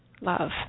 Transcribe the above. love